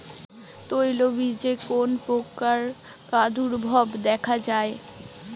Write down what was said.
তৈলবীজে কোন পোকার প্রাদুর্ভাব দেখা যায়?